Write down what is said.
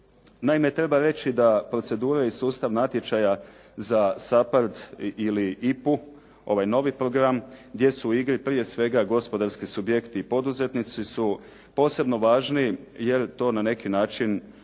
Naime treba reći da procedura i sustav natječaja za SAPARD ili IPA-u, ovaj novi program, gdje su u igri prije svega gospodarski subjekti i poduzetnici su posebno važni jer to na neki način